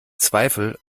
zweifel